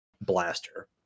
blaster